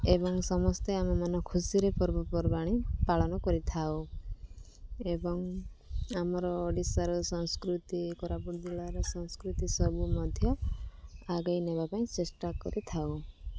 ଏବଂ ସମସ୍ତେ ଆମେମାନେ ଖୁସିରେ ପର୍ବପର୍ବାଣି ପାଳନ କରିଥାଉ ଏବଂ ଆମର ଓଡ଼ିଶାର ସଂସ୍କୃତି କୋରାପୁଟ ଜିଲ୍ଲାର ସଂସ୍କୃତି ସବୁ ମଧ୍ୟ ଆଗେଇ ନେବା ପାଇଁ ଚେଷ୍ଟା କରିଥାଉ